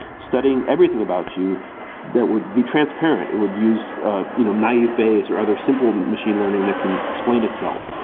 studying everything about you that would be transparent. it would use ah you know naive base or other simple machine learning that can explain itself.